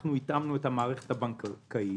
אנחנו התאמנו את המערכת הבנקאית